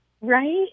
Right